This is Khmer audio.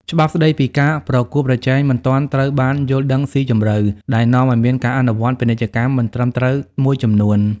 ច្បាប់ស្ដីពីការប្រកួតប្រជែងមិនទាន់ត្រូវបានយល់ដឹងស៊ីជម្រៅ ដែលនាំឱ្យមានការអនុវត្តពាណិជ្ជកម្មមិនត្រឹមត្រូវមួយចំនួន។